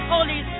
Holy